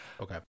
Okay